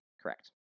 Correct